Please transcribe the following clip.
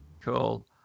Cool